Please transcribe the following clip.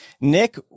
Nick